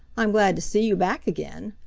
i'm glad to see you back again.